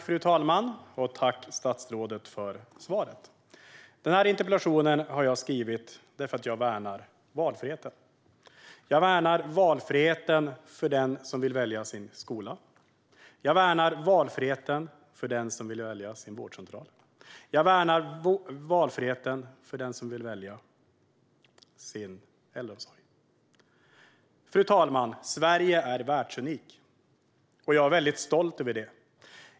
Fru talman! Tack, statsrådet, för svaret! Den här interpellationen har jag skrivit därför att jag värnar valfriheten. Jag värnar valfriheten för den som vill välja sin skola. Jag värnar valfriheten för den som vill välja sin vårdcentral. Jag värnar valfriheten för den som vill välja sin äldreomsorg. Fru talman! Sverige är världsunikt, och jag är mycket stolt över det.